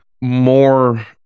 more